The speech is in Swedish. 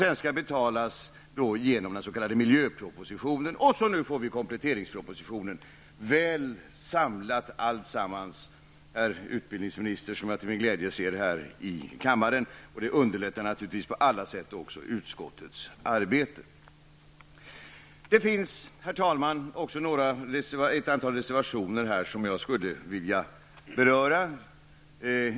Detta skall sedan betalas genom den s.k. miljöpropositionen, och nu får vi kompletteringspropositionen. Allt detta är väl samlat, herr utbildniningsminister, som jag till min glädje ser här i kammaren. Det underlättar naturligtvis på alla sätt utskottets arbete. Herr talman! Det finns ett antal reservationer som jag skulle vilja beröra.